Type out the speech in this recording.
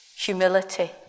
humility